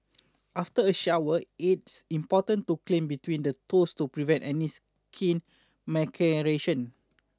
after a shower it's important to clean between the toes to prevent any skin maceration